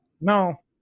No